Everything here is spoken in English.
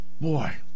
boy